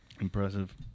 Impressive